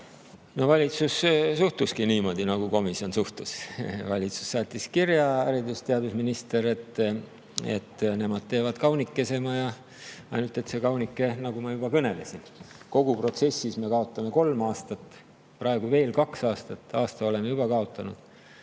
Valitsus suhtuski niimoodi, nagu komisjon suhtus. Valitsus, haridus‑ ja teadusminister saatis kirja, et nemad teevad kaunikesema. Ainult et selle kaunikesega, nagu ma juba kõnelesin, kogu protsessis me kaotame kolm aastat, praegu veel kaks aastat, aasta oleme juba kaotanud.